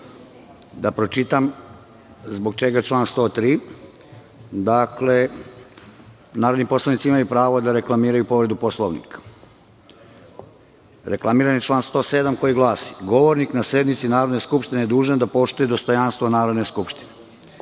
da pročitam zbog čega član 103. Dakle, narodni poslanici imaju pravo da reklamiraju povredu Poslovnika. Reklamiran je član 107. koji glasi: „Govornik na sednici Narodne skupštine dužan je da poštuje dostojanstvo Narodne skupštine.